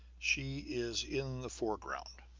she is in the foreground,